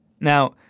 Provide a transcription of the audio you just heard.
now